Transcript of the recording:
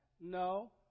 No